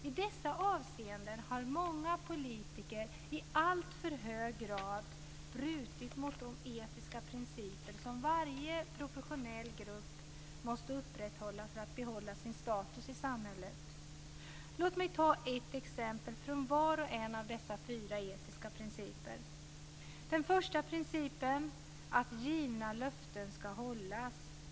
I dessa avseenden har många politiker i alltför hög grad brutit mot de etiska principer som varje professionell grupp måste upprätthålla för att behålla sin status i samhället. Låt mig ta ett exempel från var och en av dessa fyra etiska principer. Den första principen är att givna löften skall hållas.